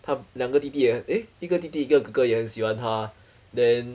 她两个弟弟也 eh 一个弟弟一个哥哥也很喜欢他 then